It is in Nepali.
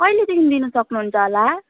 कहिलेदेखि दिनु सक्नु हुन्छ होला